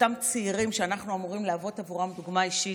לאותם צעירים שאנחנו אמורים להוות עבורם דוגמה אישית: